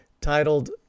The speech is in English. titled